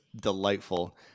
delightful